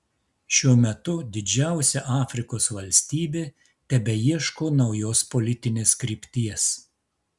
šiuo metu didžiausia afrikos valstybė tebeieško naujos politinės krypties